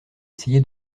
essayé